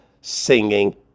singing